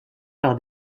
par